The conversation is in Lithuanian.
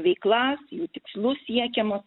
veiklas jų tikslus siekiamus